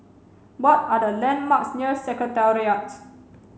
what are the landmarks near Secretariat